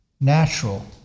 natural